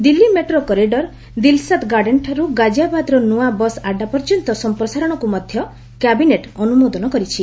Delhi metro corridor Dilshad Garden ଠାରୁ ଗାକ୍କିଆବାଦର ନୂଆ ବସ୍ ଆଡ୍ଡା ପର୍ଯ୍ୟନ୍ତ ସମ୍ପ୍ରସାରଣକୁ ମଧ୍ୟ କ୍ୟାବିନେଟ୍ ଅନୁମୋଦନ କରିଛି